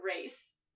race